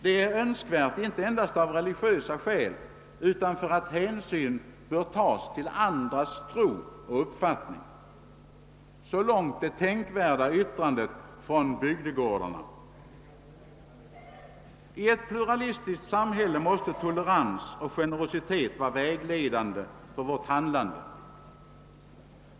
Detta är önskvärt inte endast av religiösa skäl utan för att hänsyn bör tas till andras tro och uppfattning. — Så långt det tänkvärda yttrandet från Bygdegårdarnas riksförbund. I ett pluralistiskt samhälle måste tolerans och generositet vara vägledande för vårt handlande.